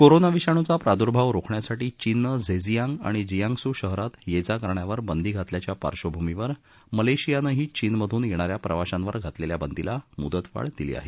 corona विषाणूचा प्रादुर्भाव रोखण्यासाठी चीननं झेजियांग आणि जिआंगसू शहरात ये जा करण्यावर बंदी घातल्याच्या पार्श्वभूमीवर मलेशियानंही चीनमधून येणाऱ्या प्रवाशांवर घातलेल्या बंदीला मुदतवाढ दिली आहे